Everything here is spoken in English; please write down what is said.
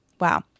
Wow